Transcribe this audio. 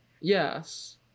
yes